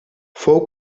fou